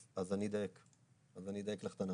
אז אני אדייק לך את הנתון.